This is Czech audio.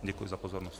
Děkuji za pozornost.